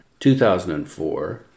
2004